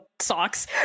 socks